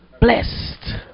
blessed